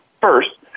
first